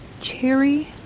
Cherry